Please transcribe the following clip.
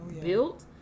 built